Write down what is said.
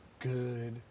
good